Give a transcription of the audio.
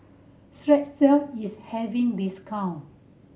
Strepsils is having discount